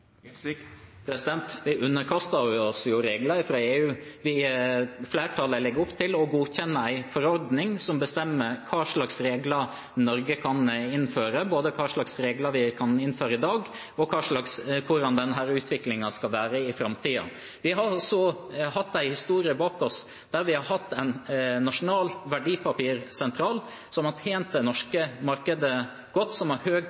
Vi underkaster oss jo regler fra EU. Flertallet legger opp til å godkjenne en forordning som bestemmer hva slags regler Norge kan innføre, både hva slags regler vi kan innføre i dag, og hvordan denne utviklingen skal være i framtiden. Vi har en historie bak oss med en nasjonal verdipapirsentral som har tjent det norske markedet godt, som